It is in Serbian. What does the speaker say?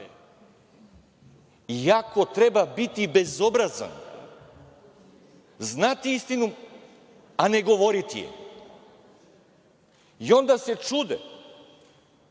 Jako treba biti bezobrazan, znati istinu, a ne govoriti je. I onda se čude